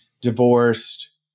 divorced